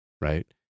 Right